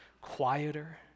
quieter